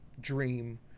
dream